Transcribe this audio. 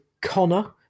Connor